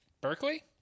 Berkeley